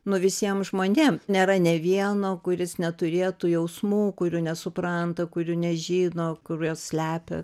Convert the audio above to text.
nu visiem žmonėm nėra nė vieno kuris neturėtų jausmų kurių nesupranta kurių nežino kuriuos slepia